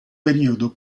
periodo